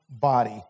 body